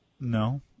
No